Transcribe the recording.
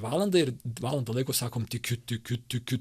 valandą ir valandą laiko sakom tikiu tikiu tikiu